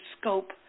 scope